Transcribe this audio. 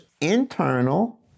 Internal